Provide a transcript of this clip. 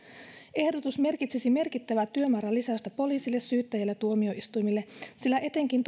ehdotus merkitsisi merkittävää työmäärän lisäystä poliisille syyttäjälle ja tuomioistuimille sillä etenkin